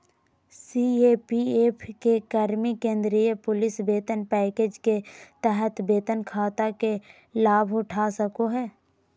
CAPF के कर्मि केंद्रीय पुलिस वेतन पैकेज के तहत वेतन खाता के लाभउठा सको हइ